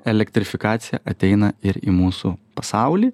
elektrifikacija ateina ir į mūsų pasaulį